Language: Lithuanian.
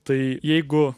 tai jeigu